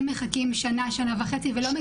מחכים שנה שנה וחצי ולא מקבלים תשובה.